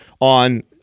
on